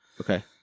Okay